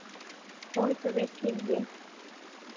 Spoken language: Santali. ᱦᱳᱭ ᱛᱚᱵᱮ ᱴᱷᱤᱠᱜᱮᱭᱟ